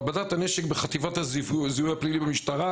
מעבדת הנשק בחטיבת הזיהוי הפלילי במשטרה,